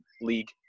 league